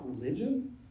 religion